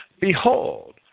Behold